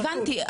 הבנתי.